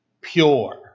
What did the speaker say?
pure